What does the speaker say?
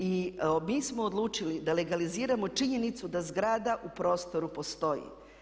I mi smo odlučili da legaliziramo činjenicu da zgrada u prostoru postoji.